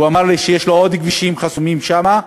הוא אמר לי שיש לו עוד כבישים חסומים שם,